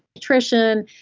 nutrition,